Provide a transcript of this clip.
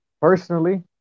Personally